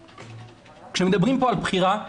כשמדברים פה על בחירה,